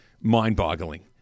mind-boggling